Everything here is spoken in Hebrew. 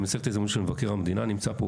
אני מנצל את ההזדמנות שמבקר המדינה נמצא פה,